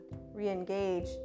re-engage